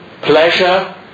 Pleasure